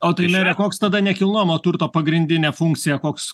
o tai mere koks tada nekilnojamo turto pagrindinė funkcija koks